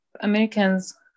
Americans